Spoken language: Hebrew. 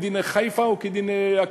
כדינה של כרמיאל או כדין חיפה או כדין הקריות.